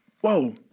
Whoa